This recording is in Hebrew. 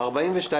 איך עשית את זה?